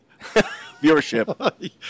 Viewership